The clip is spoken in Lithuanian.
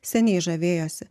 seniai žavėjosi